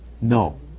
No